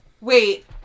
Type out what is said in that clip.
wait